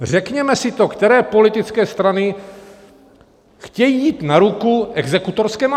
Řekněme si to, které politické strany chtějí jít na ruku exekutorské mafii!